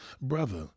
Brother